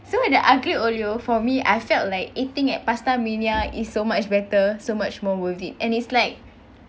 so the aglio olio for me I felt like eating at pastamania is so much better so much more worth it and it's like